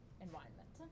environment